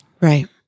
Right